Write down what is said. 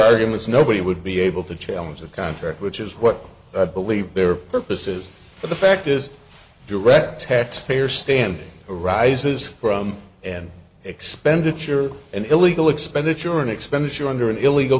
arguments nobody would be able to challenge the contract which is what i believe their purposes but the fact is direct taxpayer stamp arises from an expenditure an illegal expenditure an expenditure under an illegal